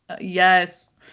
yes